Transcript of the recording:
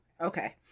Okay